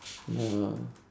ya